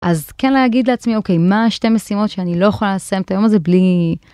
אז כן להגיד לעצמי אוקיי מה שתי משימות שאני לא יכולה לסיים את היום הזה בלי.